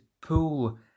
pull